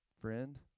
friend